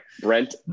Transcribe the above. Brent